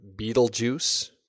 beetlejuice